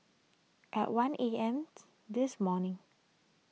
at one A M this morning